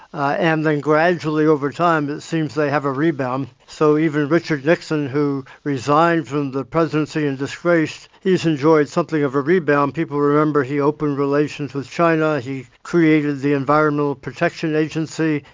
ah and then gradually over time it seems they have a rebound. so even richard nixon who resigned from the presidency in disgrace, he has enjoyed something of a rebound. people remember he opened relations with china, he created the environmental protection agency.